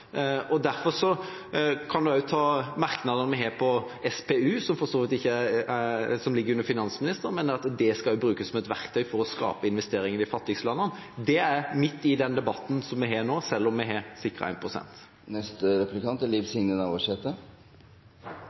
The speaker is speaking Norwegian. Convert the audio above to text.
bistand. Derfor kan en også ta med merknadene vi har om SPU – som ligger under finansministeren – at det skal brukes som et verktøy for å skape investeringer i de fattigste landene. Dette er midt i den debatten som vi har nå, selv om vi har